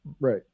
Right